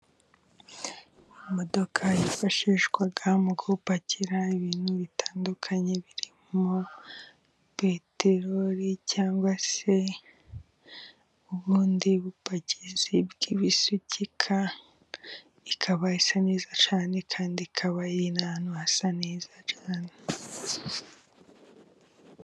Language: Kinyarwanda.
Imodoka yifashishwa mu gupakira ibintu bitandukanye birimo peterori cyangwa se ubundi bupakizi bw'ibisukika, ikaba isa neza cyane, kandi ikaba iri n'ahantu hasa neza cyane.